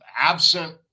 absent